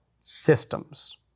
systems